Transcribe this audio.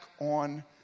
on